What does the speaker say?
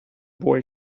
boy